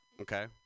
Okay